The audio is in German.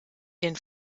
den